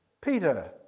Peter